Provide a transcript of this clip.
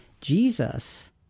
Jesus